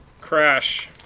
Crash